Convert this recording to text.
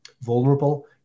vulnerable